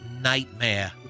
nightmare